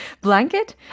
blanket